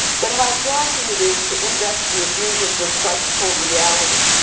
but how daunting it is to index the effusions of psychical reality.